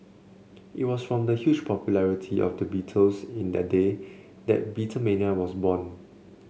it was from the huge popularity of the Beatles in their day that Beatlemania was born